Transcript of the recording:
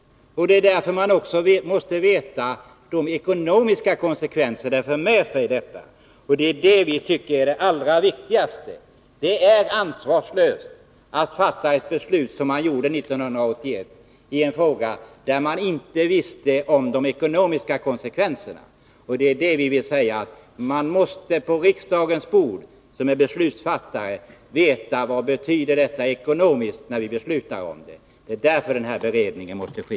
Därför måste man också veta vilka ekonomiska konsekvenser detta för med sig. Det är det vi tycker är det allra viktigaste. Det är ansvarslöst att fatta ett beslut, som man gjorde 1981, i en fråga där man inte känner till de ekonomiska konsekvenserna. I riksdagen, som är beslutsfattare, måste vi veta vad detta betyder ekonomiskt när vi beslutar om det. Därför måste denna beredning ske.